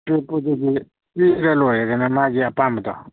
ꯑꯇꯣꯞꯄꯗꯒꯤ ꯄꯤꯔ ꯂꯣꯏꯔꯦꯅ ꯃꯥꯒꯤ ꯑꯄꯥꯝꯕꯗꯣ